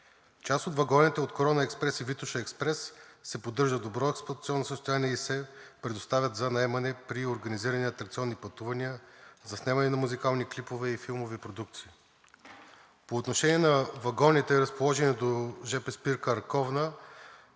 Част от вагоните от „Корона експрес“ и „Витоша експрес“ се поддържат в добро експлоатационно състояние и се предоставят за наемане при организирани атракционни пътувания, заснемане на музикални клипове и филмови продукции. По отношение на вагоните, разположени до жп спирка Арковна,